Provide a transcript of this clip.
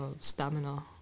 stamina